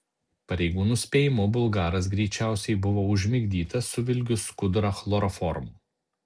pareigūnų spėjimu bulgaras greičiausiai buvo užmigdytas suvilgius skudurą chloroformu